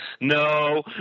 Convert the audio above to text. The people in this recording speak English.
no